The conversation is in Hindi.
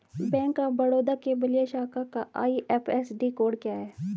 बैंक ऑफ बड़ौदा के बलिया शाखा का आई.एफ.एस.सी कोड क्या है?